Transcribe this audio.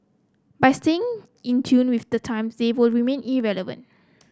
by staying in tune with the times they will remain irrelevant